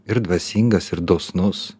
ir dvasingas ir dosnus